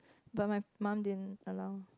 but my mum didn't allow